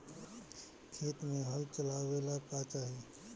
खेत मे हल चलावेला का चाही?